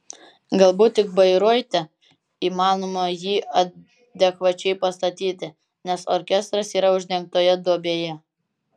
galbūt tik bairoite įmanoma jį adekvačiai pastatyti nes orkestras yra uždengtoje duobėje